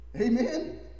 amen